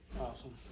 awesome